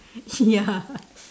ya